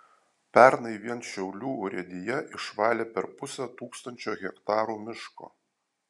pernai vien šiaulių urėdija išvalė per pusę tūkstančio hektarų miško